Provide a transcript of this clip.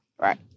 Right